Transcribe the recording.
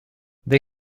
they